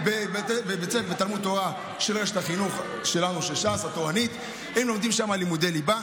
יש לי גם הצעת חוק להציג.